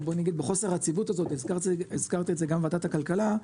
בחוסר היציבות הזאת והזכרתי את זה גם בוועדת הכלכלה,